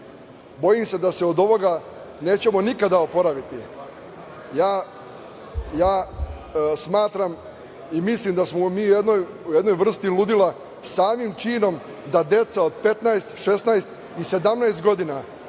bojim se da se od ovoga nećemo nikada oporaviti. Ja smatram i mislim da smo mi u jednoj vrsti ludila samim činom da deca od 15, 16 i 17 godina,